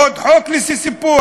עוד חוק לסיפוח.